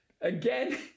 again